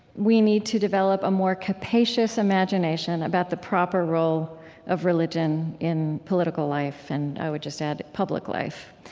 we need to develop a more capacious imagination about the proper role of religion in political life, and i would just add, public life.